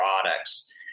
products